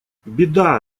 беда